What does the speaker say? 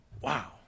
Wow